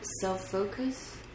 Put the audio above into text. self-focus